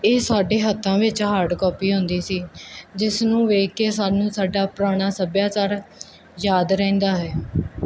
ਇਹ ਸਾਡੇ ਹੱਥਾਂ ਵਿੱਚ ਹਾਰਡ ਕਾਪੀ ਹੁੰਦੀ ਸੀ ਜਿਸ ਨੂੰ ਵੇਖ ਕੇ ਸਾਨੂੰ ਸਾਡਾ ਪੁਰਾਣਾ ਸੱਭਿਆਚਾਰ ਯਾਦ ਰਹਿੰਦਾ ਹੈ